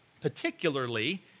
particularly